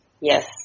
Yes